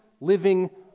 living